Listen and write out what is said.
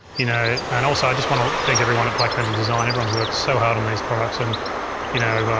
you know and also i just wanna thank everyone at blackmagic design, everyone's worked so hard on these products and you know.